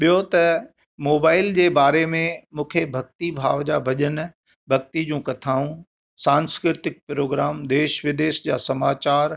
ॿियो त मोबाइल जे बारे में मूंखे भक्ति भाव जा भॼन भक्ति जूं कथाऊं सांस्कृतिक प्रोग्राम देश विदेश जा समाचारु